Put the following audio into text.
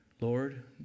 Lord